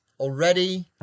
Already